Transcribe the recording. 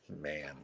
man